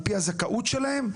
על פי הזכאות שלהם,